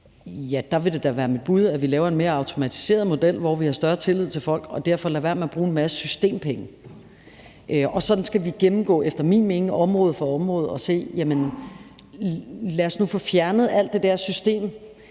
vil det da være mit bud, at vi laver en mere automatiseret model, hvor vi har større tillid til folk og derfor lader være med at bruge en masse systempenge. Og sådan skal vi efter min mening gennemgå område for område og se: Jamen lad os nu få fjernet alt det der system,